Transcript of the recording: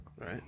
right